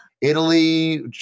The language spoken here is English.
Italy